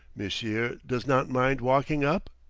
m'sieu' does not mind walking up?